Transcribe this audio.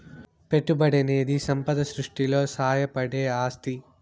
పెట్టుబడనేది సంపద సృష్టిలో సాయపడే ఆస్తి